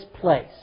place